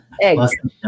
Eggs